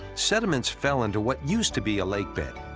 sediments fell into what used to be a lake bed.